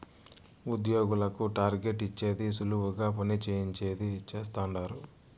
ఉద్యోగులకు టార్గెట్ ఇచ్చేది సులువుగా పని చేయించేది చేస్తండారు